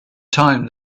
time